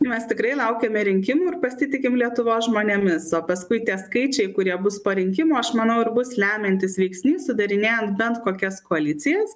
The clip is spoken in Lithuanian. mes tikrai laukiame rinkimų ir pasitikim lietuvos žmonėmis o paskui tie skaičiai kurie bus po rinkimų aš manau ir bus lemiantis veiksnys sudarinėjant bent kokias koalicijas